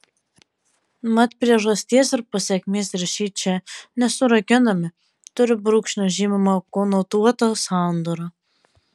mat priežasties ir pasekmės ryšiai čia nesurakinami turi brūkšnio žymimą konotuotą sandūrą